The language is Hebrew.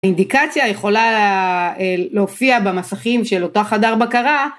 האינדיקציה יכולה להופיע במסכים של אותה חדר בקרה.